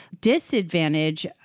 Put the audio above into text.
disadvantage